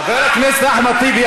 חבר הכנסת אחמד טיבי,